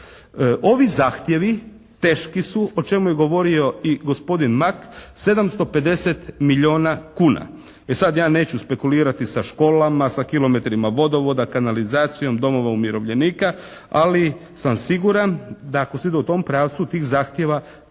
Ovi zahtjevi teški su o čemu je govorio i gospodin Mak, 750 milijuna kuna. E sad ja neću spekulirati sa školama, sa kilometrima vodovoda, kanalizacijom, domova umirovljenika ali sam siguran da ako se ide u tom pravcu tih zahtjeva